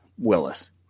Willis